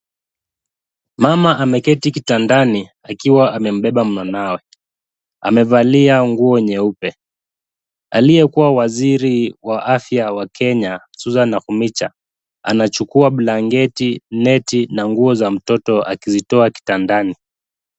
Mama ameketi kitandani akiwa amembeba mwanawe. Amevalia nguo nyeupe. Aliyekuwa waziri wa afya wa Kenya Susan Nakhumicha, anachukua blanketi, net na nguo za mtoto akizitoa kitandani.